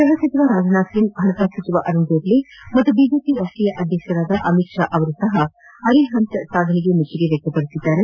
ಗೃಹ ಸಚಿವ ರಾಜನಾಥ್ಸಿಂಗ್ ಹಣಕಾಸು ಸಚಿವ ಅರುಣ್ ಜೇಟ್ ಮತ್ತು ಬಿಜೆಪಿ ರಾಷ್ಟೀಯ ಅಧ್ಯಕ್ಷ ಅಮಿತ್ ಪಾ ಅವರು ಸಹ ಅರಿಹಂತ್ ಸಾಧನೆಗೆ ಮೆಚ್ಚುಗೆ ವ್ಯಕ್ತಪಡಿಸಿದ್ದಾರೆ